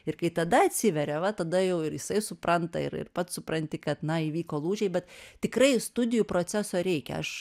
ir kai tada atsiveria va tada jau ir jisai supranta ir ir pats supranti kad na įvyko lūžiai bet tikrai studijų proceso reikia aš